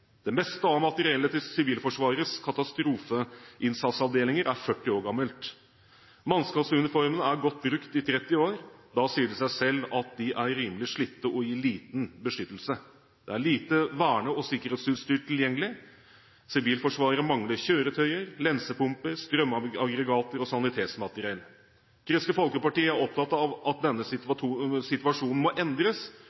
Det meste av materiellet til Sivilforsvarets katastrofeinnsatsavdelinger er 40 år gammelt. Mannskapsuniformene er godt brukt i 30 år. Da sier det seg selv at de er rimelig slitte og gir liten beskyttelse. Det er lite verne- og sikkerhetsutstyr tilgjengelig. Sivilforsvaret mangler kjøretøyer, lensepumper, strømaggregater og sanitetsmateriell. Kristelig Folkeparti er opptatt av at denne